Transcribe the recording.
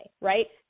right